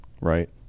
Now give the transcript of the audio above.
right